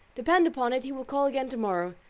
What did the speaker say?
depend upon it, he will call again tomorrow.